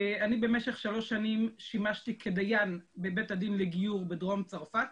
אני במשך שלוש שנים שימשתי כדיין בבית הדין לגיור בדרום צרפת,